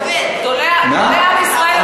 גדולי עם ישראל,